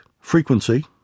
frequency